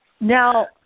Now